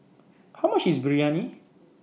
How much IS Biryani